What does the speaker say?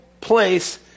place